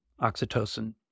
oxytocin